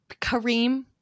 kareem